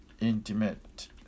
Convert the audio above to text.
intimate